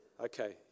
Okay